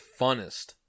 funnest